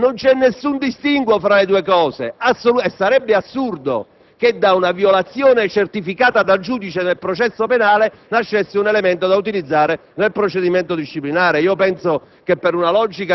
Quindi, non c'è alcun distinguo tra le due cose e sarebbe assurdo che da una violazione certificata dal giudice del processo penale nascesse un elemento da utilizzare nel procedimento disciplinare.